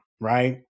right